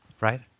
Right